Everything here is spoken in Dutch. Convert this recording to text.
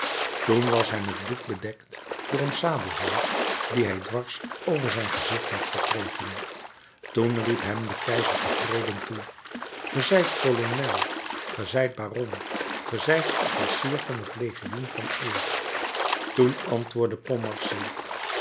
toen was hij met bloed bedekt door een sabelhouw dien hij dwars over het gezicht had gekregen toen riep hem de keizer tevreden toe ge zijt kolonel ge zijt baron ge zijt officier van het legioen van eer toen antwoordde